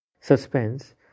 suspense